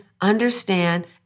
understand